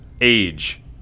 age